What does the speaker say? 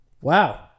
wow